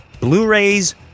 Blu-rays